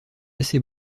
assez